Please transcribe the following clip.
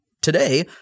today